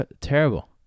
terrible